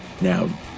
now